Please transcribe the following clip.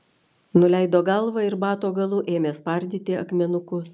nuleido galvą ir bato galu ėmė spardyti akmenukus